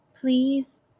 Please